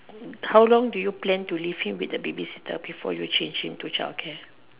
how long do you plan to leave him with the baby sitter before you change him to child care